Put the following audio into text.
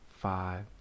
five